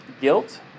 guilt